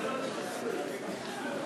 נא לשחרר